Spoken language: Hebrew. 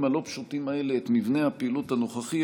הלא-פשוטים האלה את מבנה הפעילות הנוכחי.